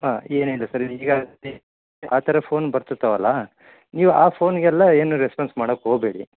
ಹಾಂ ಏನಿಲ್ಲ ಸರ್ ಆ ಥರ ಫೋನ್ ಬರ್ತಿರ್ತಾವಲ್ಲ ನೀವು ಆ ಫೋನಿಗೆಲ್ಲ ಏನು ರೆಸ್ಪಾನ್ಸ್ ಮಾಡಕೆ ಹೋಬೇಡಿ